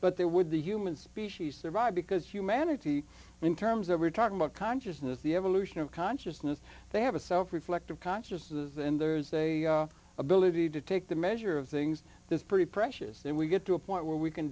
but there would the human species survive because humanity in terms of we're talking about consciousness the evolution of consciousness they have a self reflective consciouses and there's a ability to take the measure of things is pretty precious then we get to a point where we can